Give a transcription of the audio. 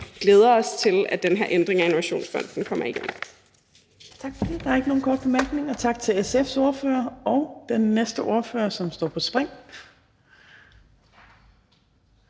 glæder os til, at den her ændring af Innovationsfonden kommer i gang.